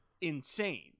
insane